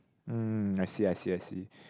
mm I see I see I see